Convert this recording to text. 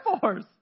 Force